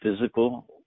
physical